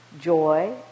Joy